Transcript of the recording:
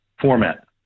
format